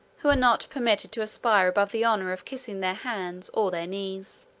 who are not permitted to aspire above the honor of kissing their hands, or their knees.